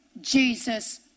Jesus